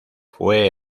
fue